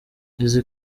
izi